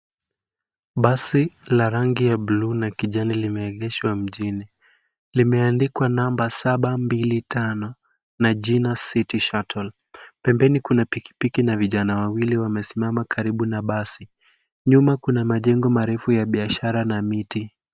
Basi la rangi ya buluu na kijani limeegeshwa mjini. Limeandikwa namba 725 na jina City Shuttle. Pembeni kuna pikipiki na vijana wawili wamesimama karibu na basi. Nyuma kuna majengo marefu ya biashara na miti.